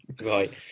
Right